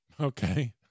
Okay